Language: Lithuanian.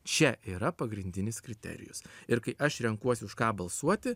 čia yra pagrindinis kriterijus ir kai aš renkuosi už ką balsuoti